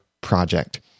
project